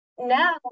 now